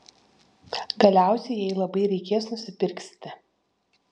galiausiai jei labai reikės nusipirksite